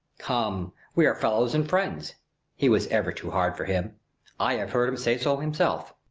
come, we are fellows and friends he was ever too hard for him i have heard him say so himself.